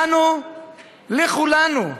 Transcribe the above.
לכולנו,